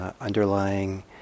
underlying